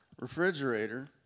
refrigerator